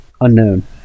Unknown